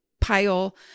pile